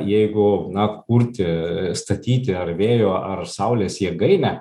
jeigu na kurti statyti ar vėjo ar saulės jėgainę